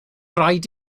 rhaid